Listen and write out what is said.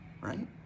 right